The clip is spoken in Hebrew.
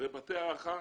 ובתי הארחה